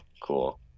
cool